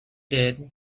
did